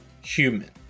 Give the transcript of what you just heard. human